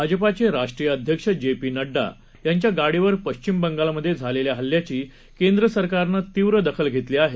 भाजपाचे राष्ट्रीय अध्यक्ष जे पी नङ्डा यांच्या गाडीवर पश्चिम बगालमध्ये झालेल्या हल्ल्याची केंद्र सरकारनं तीव्र दखल घेतली आहे